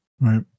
right